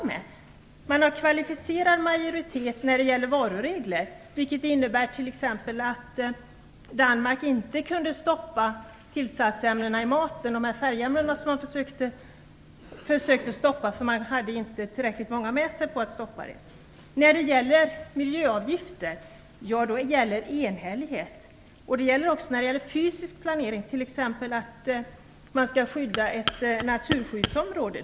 Man tillämpar kvalificerad majoritet när det gäller varuregler, vilket t.ex. inneburit att Danmark inte kunnat stoppa tillsatsfärgämnena i maten. Man hade inte tillräckligt många med sig för att kunna stoppa dem. För beslut om miljöavgifter krävs enhällighet, och det gäller också beträffande fysisk planering, t.ex. vid beslut om skydd av ett naturskyddsområde.